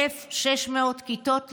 1,600 כיתות לימוד,